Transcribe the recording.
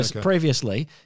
Previously